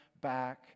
back